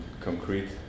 concrete